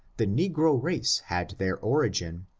the negro race had their origin,